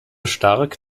stark